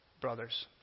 brothers